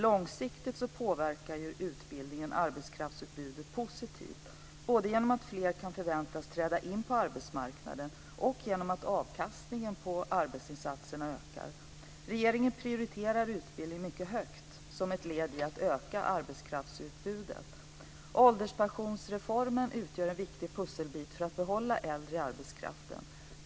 Långsiktigt påverkar dock utbildning arbetskraftsutbudet positivt, både genom att fler kan förväntas träda in på arbetsmarknaden och genom att avkastningen på arbetsinsatserna ökar. Regeringen prioriterar utbildning mycket högt som ett led i att öka arbetskraftsutbudet. Ålderspensionsreformen utgör en viktig pusselbit för att behålla äldre i arbetskraften.